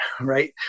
Right